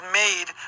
made